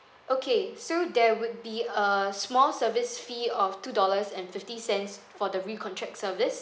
okay so there would be a small service fee of two dollars and fifty cents for the re-contract service